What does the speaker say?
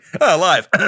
live